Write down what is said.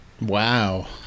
Wow